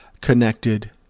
connected